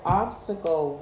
obstacle